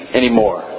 anymore